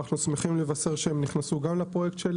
אנחנו שמחים לבשר שהם גם נכנסו לפרויקט של